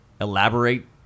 Elaborate